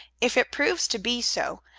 if it proves to be so,